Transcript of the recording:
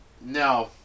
no